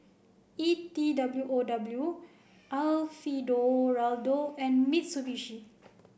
E T W O W Alfio Do Raldo and Mitsubishi